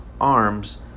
arms